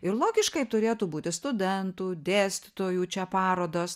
ir logiškai turėtų būti studentų dėstytojų čia parodos